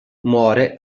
muore